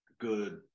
good